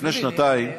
לפני שנתיים,